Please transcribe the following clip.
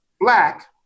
black